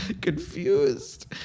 Confused